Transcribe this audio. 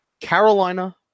Carolina